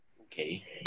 Okay